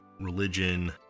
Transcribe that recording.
religion